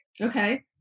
Okay